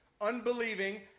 unbelieving